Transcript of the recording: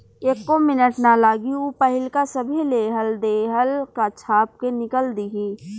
एक्को मिनट ना लागी ऊ पाहिलका सभे लेहल देहल का छाप के निकल दिहि